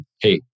Hey